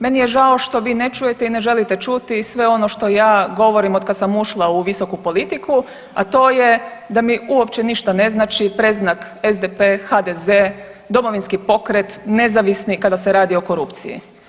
Meni je žao što vi ne čujete i ne želite čuti sve ono što ja govorim od kada sam ušla u visoku politiku, a to je da mi uopće ništa ne znači predznak SDP, HDZ, Domovinski pokret, nezavisni kada se radi o korupciji.